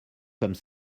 comme